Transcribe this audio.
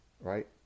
Right